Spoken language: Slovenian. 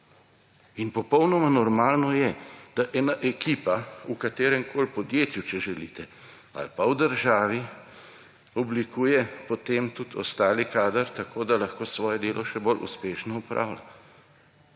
Popolnoma normalno je, da ena ekipa v kateremkoli podjetju, če želite, ali pa v državi oblikuje potem tudi ostali kader, tako da lahko svoje delo še bolj uspešno opravlja.